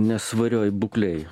nesvarioj būklėj